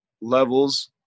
levels